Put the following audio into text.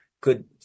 good